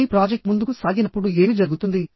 కానీ ప్రాజెక్ట్ ముందుకు సాగినప్పుడు ఏమి జరుగుతుంది